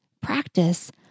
practice